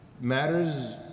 matters